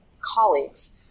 colleagues